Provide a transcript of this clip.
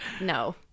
no